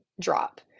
drop